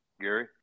Gary